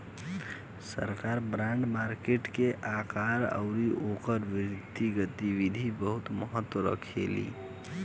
सरकार bond market के आकार अउरी ओकर वित्तीय गतिविधि बहुत महत्व रखेली